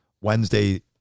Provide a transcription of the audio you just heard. Wednesday